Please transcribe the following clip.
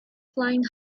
flying